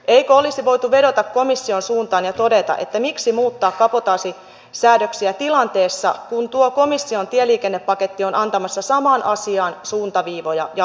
eikö olisi voitu vedota komission suuntaan ja todeta että miksi muuttaa kabotaasisäädöksiä tilanteessa kun tuo komission tieliikennepaketti on antamassa samaan asiaan suuntaviivoja ja uudistuksia